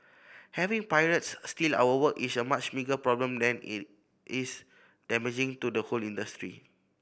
having pirates steal our work is a much bigger problem that it is damaging to the whole industry